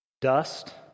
dust